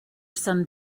some